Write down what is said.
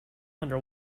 under